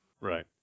right